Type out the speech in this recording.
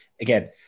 again